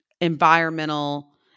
environmental